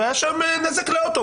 והיה שם נזק לאוטו,